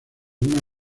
una